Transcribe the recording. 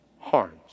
harms